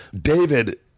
David